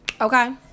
Okay